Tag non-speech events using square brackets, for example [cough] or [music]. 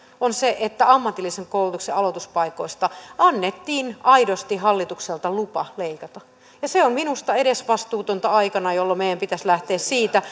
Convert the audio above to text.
on se että ammatillisen koulutuksen aloituspaikoista annettiin aidosti hallitukselta lupa leikata se on minusta edesvastuutonta aikana jolloin meidän pitäisi lähteä siitä [unintelligible]